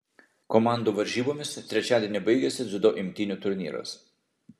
komandų varžybomis trečiadienį baigiasi dziudo imtynių turnyras